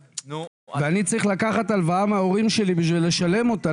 ואני צריך לקחת הלוואה מההורים שלי בשביל לשלם אותה,